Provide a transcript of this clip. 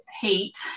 hate